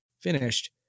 finished